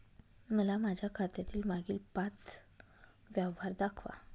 मला माझ्या खात्यातील मागील पांच व्यवहार दाखवा